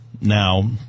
now